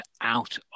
out